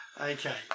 Okay